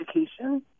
education